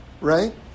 right